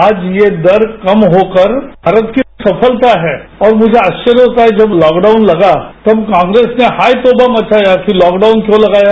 आज ये दर कम होकर भारत की सफलता है और मुझे आस्वर्य होता है जब लॉकडाउन लगा तब कांग्रेस ने हायतौबा मचाया कि लॉकडाउन क्यों लगाया